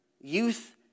youth